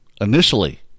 initially